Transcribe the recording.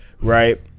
Right